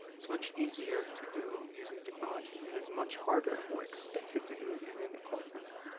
it's much easier to do using technology. it is much harder and more expensive to do using a call center.